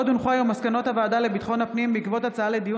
מסקנות הוועדה לביטחון הפנים בעקבות דיון